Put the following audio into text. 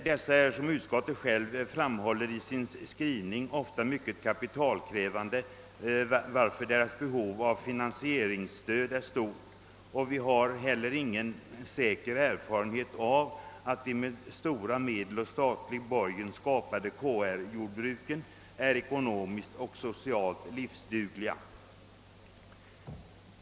Dessa jordbruk är, som utskottet själv framhåller i sin skrivning, ofta mycket kapitalkrävande, varför deras behov av finansieringsstöd är stort. Vi har inte heller någon säker erfarenhet av att de med stora medel och statlig borgen skapade KR-jordbruken är ekonomiskt och socialt livsdugliga.